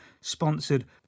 sponsored